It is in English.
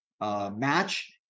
match